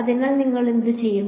അതിനാൽ നിങ്ങൾ എന്തു ചെയ്യും